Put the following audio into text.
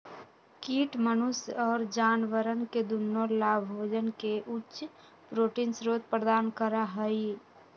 कीट मनुष्य और जानवरवन के दुन्नो लाभोजन के उच्च प्रोटीन स्रोत प्रदान करा हई